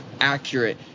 accurate